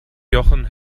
jochen